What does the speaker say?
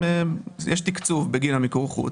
יש תקצוב בגין מיקור חוץ